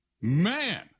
man